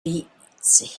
beats